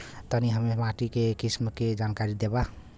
तनि हमें माटी के किसीम के जानकारी देबा?